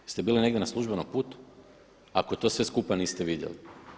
Jeste bili negdje na službenom putu ako to sve skupa niste vidjeli.